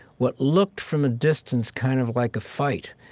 what looked from a distance kind of like a fight,